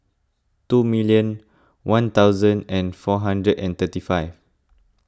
two million one thousand and four hundred and thirty five